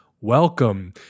welcome